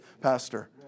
pastor